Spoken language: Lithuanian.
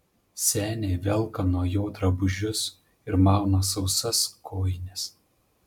senė velka nuo jo drabužius ir mauna sausas kojines